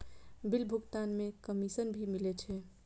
Bill भुगतान में commission भी मिले छै?